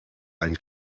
einen